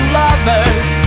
lovers